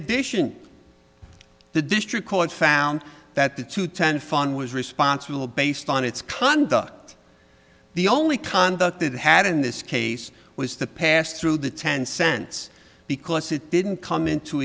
addition the district court found that the two ten fund was responsible based on its conduct the only conduct it had in this case was to pass through the ten cents because it didn't come into